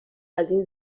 ازاین